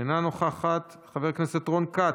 אינה נוכחת, חבר הכנסת רון כץ,